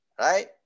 right